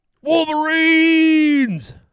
Wolverines